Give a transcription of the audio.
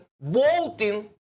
voting